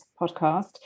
podcast